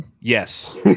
Yes